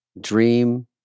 dream